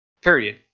period